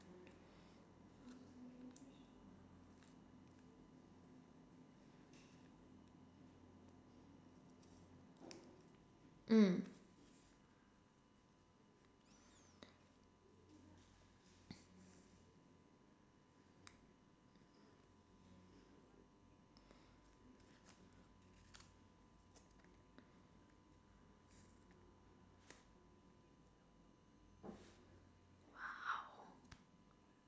mm